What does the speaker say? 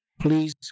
please